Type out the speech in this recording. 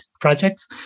projects